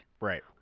Right